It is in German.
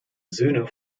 söhne